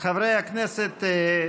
חברי הכנסת,